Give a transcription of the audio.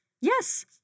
Yes